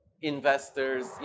investors